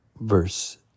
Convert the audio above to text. verse